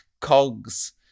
cogs